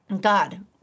God